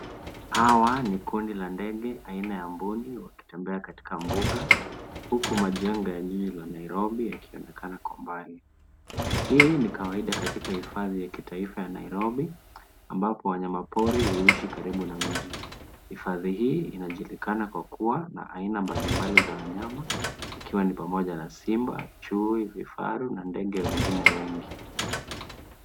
Hawa ni kundi la ndege aina ya mbuni wakitembea katika mbuga huku majengo ya jiji la Nairobi yakionekana kwa mbali. Hii ni kawaida katika hifadhi ya kawaida ya Nairobi ambapo wanyama pori huishi karibu na mji. Hifadhi hii inajulikana kwa kuwa na aina mbalimbali za wanyama ikiwa ni pamoja na simba, chui, vifaru na ndege wengine wengi.